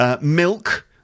Milk